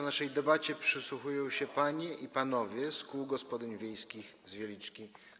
Naszej debacie przysłuchują się panie i panowie z kół gospodyń wiejskich z Wieliczki.